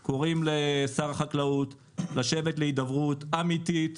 אנחנו קוראים לשר החקלאות לשבת להידברות אמיתית.